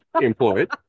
employed